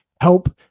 Help